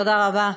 תודה רבה.